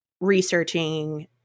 researching